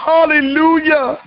Hallelujah